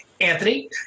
Anthony